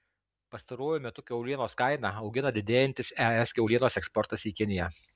pastaruoju metu kiaulienos kainą augina didėjantis es kiaulienos eksportas į kiniją